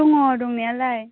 दङ दंनायालाय